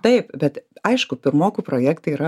taip bet aišku pirmokų projektai yra